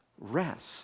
rest